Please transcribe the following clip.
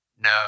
no